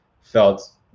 felt